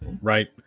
right